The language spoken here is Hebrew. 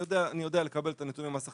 אני יודע לקבל את הנתונים ממס הכנסה,